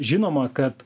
žinoma kad